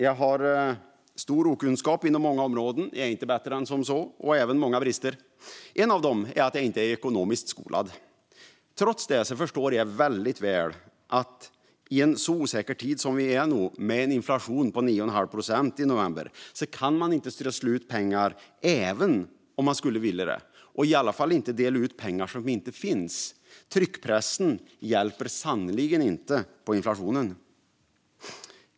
Jag har stor okunskap inom många områden - jag är inte bättre än så - och även många brister. En av dem är att jag inte är ekonomiskt skolad. Trots det förstår jag mycket väl att i en så osäker tid som den vi är i nu, med en inflation på 9,5 procent i november, kan man inte strössla pengar även om man skulle vilja det och i vilket fall inte dela ut pengar som inte finns. Tryckpressen hjälper sannerligen inte på inflationen.